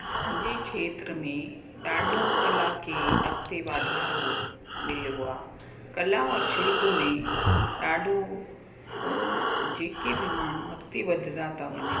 असांजे खेत्र में ॾाढो कला खे अॻिते वाधारो मिलियो आहे कला और शिल्प में ॾाढो जेके बि माण्हू अॻिते वधदा था वञनि